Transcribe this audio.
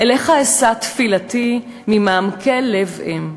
אליך אשא תפילתי ממעמקי לב אם.